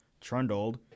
Trundled